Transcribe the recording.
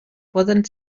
poden